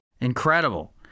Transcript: Incredible